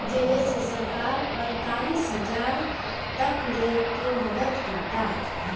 जेमे से सरकार अड़तालीस हजार तकले के मदद करता